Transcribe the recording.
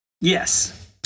yes